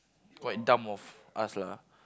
quite dumb of us lah